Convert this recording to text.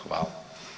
Hvala.